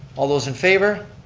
all those in favor?